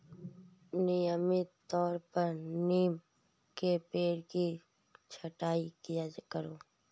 नियमित तौर पर नीम के पेड़ की छटाई किया करो